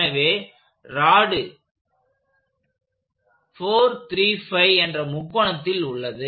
எனவே ராடு 4 3 5 என்ற முக்கோணத்தில் உள்ளது